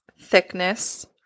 thickness